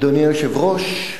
אדוני היושב-ראש,